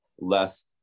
less